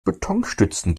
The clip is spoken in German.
betonstützen